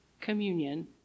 communion